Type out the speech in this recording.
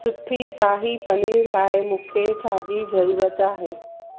सुठे साही पनीर लाइ मूंखे छाजी ज़रूरत आहे